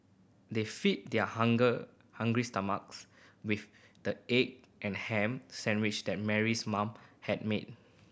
they fed their hunger hungry stomachs with the egg and ham sandwiches that Mary's mother had made